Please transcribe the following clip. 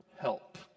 help